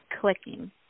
clicking